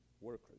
workers